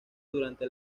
durante